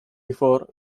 before